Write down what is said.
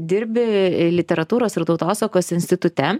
dirbi literatūros ir tautosakos institute